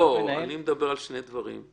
לא, אני מדבר על שני דברים.